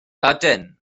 ydyn